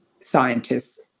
scientists